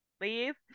leave